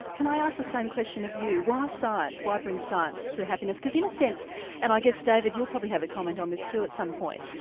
can i ask the same question of you why science, why bring science to happiness? because in a sense and i guess david you'll probably have a comment on this too at some point,